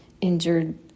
injured